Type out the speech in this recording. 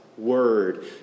Word